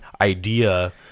idea